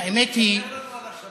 האמת היא